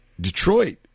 Detroit